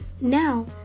now